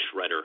shredder